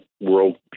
world